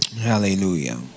Hallelujah